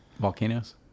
Volcanoes